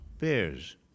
bears